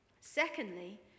secondly